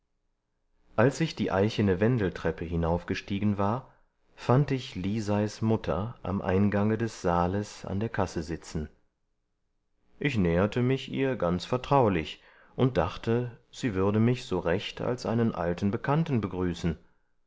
als ich die eichene wendeltreppe hinaufgestiegen war fand ich liseis mutter am eingange des saales an der kasse sitzen ich näherte mich ihr ganz vertraulich und dachte sie würde mich so recht als einen alten bekannten begrüßen